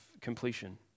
completion